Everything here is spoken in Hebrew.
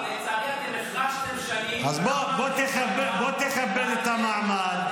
אז בוא תכבד את המעמד.